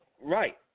Right